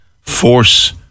force